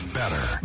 better